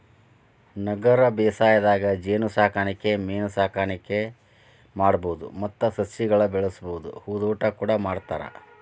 ನಗರ ಬೇಸಾಯದಾಗ ಜೇನಸಾಕಣೆ ಮೇನಸಾಕಣೆ ಮಾಡ್ಬಹುದು ಮತ್ತ ಸಸಿಗಳನ್ನ ಬೆಳಿಬಹುದು ಹೂದೋಟ ಕೂಡ ಮಾಡ್ತಾರ